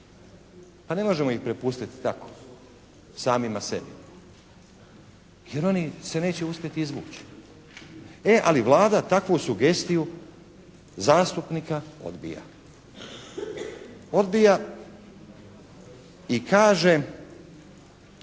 Pa ne možemo ih prepustiti tako samima sebi, jer oni se neće uspjeti izvući. E, ali Vlada takvu sugestiju zastupnika odbija. Odbija i kažem